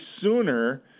sooner